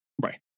Right